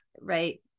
Right